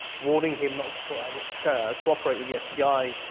warning him not to co cooperate with the fbi,